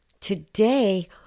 Today